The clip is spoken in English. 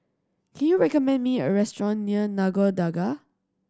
can you recommend me a restaurant near Nagore Dargah